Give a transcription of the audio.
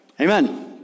Amen